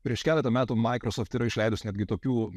prieš keletą metų microsoft yra išleidus netgi tokių